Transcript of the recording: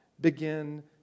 begin